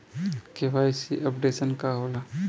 KYC updation का होला?